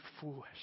foolish